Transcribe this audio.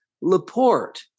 Laporte